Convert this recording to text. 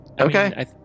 okay